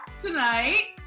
tonight